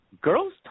Girls